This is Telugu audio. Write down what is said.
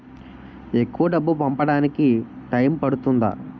ఎక్కువ డబ్బు పంపడానికి టైం పడుతుందా?